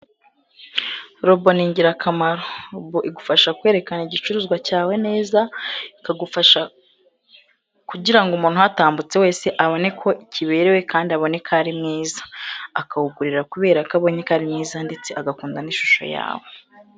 Robo ni ingirakamaro. Robo igufasha kwerekana igicuruzwa cyawe neza, ikagufasha kugira ngo umuntu utambutse wese abone ko kiberewe, kandi abone ko ari mwiza. Akawugurira kubera ko abonye ko ari mwiza, ndetse agakunda n'ishusho yawo.